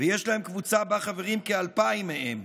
ויש להם קבוצה שבה חברים כ-2,000 מהם.